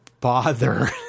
bother